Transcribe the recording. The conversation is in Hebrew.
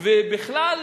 ובכלל,